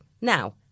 Now